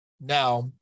Now